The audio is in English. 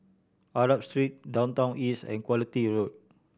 Arab Street Downtown East and Quality Road